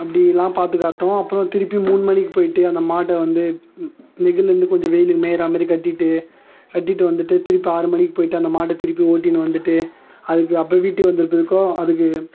அப்படிலாம் பாதுகாத்தோம் அப்புறம் திருப்பியும் மூணு மணிக்கு போயிட்டு அந்த மாட்டை வந்து நெ நெகிள்ள இருந்து கொஞ்சம் வெயிலில் மேயுற மாதிரி கட்டிகிட்டு கட்டிகிட்டு வந்துட்டு திருப்பி ஆறு மணிக்கு போயிட்டு அந்த மாட்டை திருப்பி ஓட்டினு வந்துட்டு அதுக்கு அப்புறம் வீட்டுக்கு வந்ததுக்கு பிறகும் அதுக்கு